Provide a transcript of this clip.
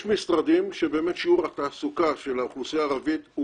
יש משרדים שבאמת שיעור התעסוקה של האוכלוסייה הערבית הוא